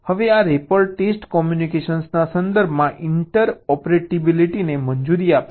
હવે આ wrapper test કોમ્યુનિકેશનના સંદર્ભમાં ઇન્ટર ઓપરેબિલિટીને મંજૂરી આપે છે